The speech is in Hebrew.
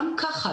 גם ככה,